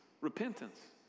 Repentance